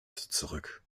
zurück